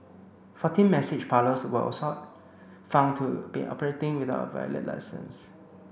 fourteen message parlours were also found to been operating without a valid licence